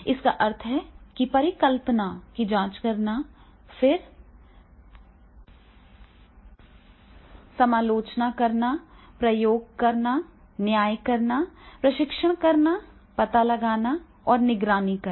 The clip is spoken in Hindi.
इसका अर्थ है कि परिकल्पना की जाँच करना फिर समालोचना करना प्रयोग करना न्याय करना परीक्षण करना पता लगाना और निगरानी करना